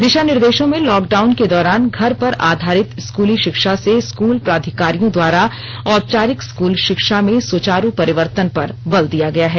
दिशा निर्देशो में लॉकडाउन के दौरान घर पर आधारित स्कूली शिक्षा से स्कूल प्राधिकारियों द्वारा औपचारिक स्कूल शिक्षा में सुचारू परिवर्तन पर बल दिया गया है